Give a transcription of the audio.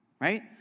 right